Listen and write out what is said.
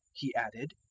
he added,